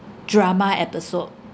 drama episode